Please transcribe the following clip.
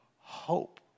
hope